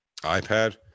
iPad